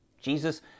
Jesus